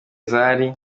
zari